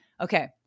okay